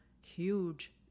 huge